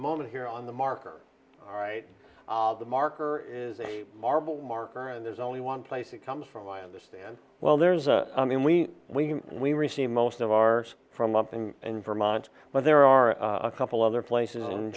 moment here on the marker all right the marker is a marble marker and there's only one place it comes from i understand well there's a i mean we we we received most of our from up in in vermont but there are a couple other places in